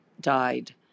died